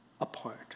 apart